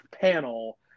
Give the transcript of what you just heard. panel